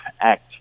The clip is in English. act